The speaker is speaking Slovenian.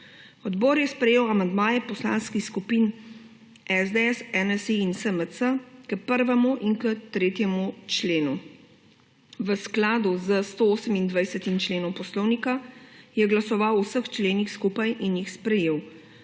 Odbor je sprejel amandmaje poslanskih skupin SDS, NSi in SMC k 1. in k 3. členu. V skladu s 128. členom Poslovnika je glasoval o vseh členih skupaj in jih sprejel.